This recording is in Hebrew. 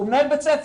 הוא מנהל בית ספר.